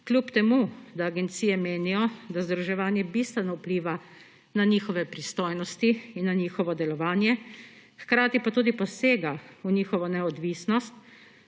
kljub temu da agencije menijo, da združevanje bistveno vpliva na njihove pristojnosti in na njihovo delovanje, hkrati pa tudi posega v njihovo neodvisnost,